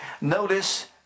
Notice